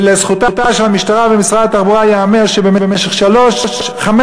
ולזכותם של המשטרה ומשרד התחבורה ייאמר שבמשך חמש